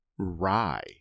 rye